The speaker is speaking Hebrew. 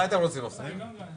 מי הולך לטפל בנושא של הבולענים?